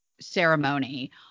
ceremony